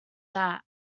that